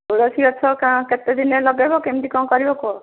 ତୁଳସୀ ଗଛ କେତେ ଦିନରେ ଲଗାଇବ କେମିତି କ'ଣ କରିବ କୁହ